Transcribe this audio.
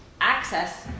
access